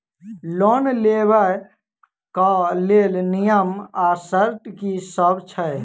Loan लेबऽ कऽ लेल नियम आ शर्त की सब छई?